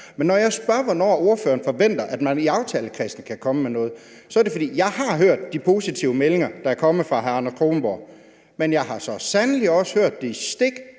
gøre. Når jeg spørger om, hvornår ordføreren forventer at man i aftalekredsen kan komme med noget, er det, fordi jeg har hørt de positive meldinger, der er kommet fra hr. Anders Kronborg, men jeg har så sandelig også hørt de stik